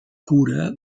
cura